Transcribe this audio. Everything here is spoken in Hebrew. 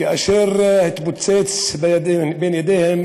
כאשר התפוצץ בידיהם